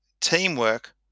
teamwork